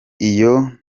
iyo